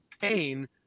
pain